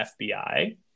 fbi